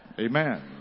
Amen